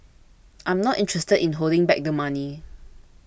I'm not interested in holding back the money